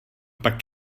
pak